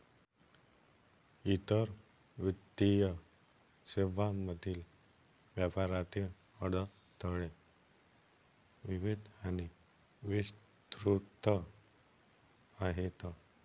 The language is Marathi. इतर वित्तीय सेवांमधील व्यापारातील अडथळे विविध आणि विस्तृत आहेत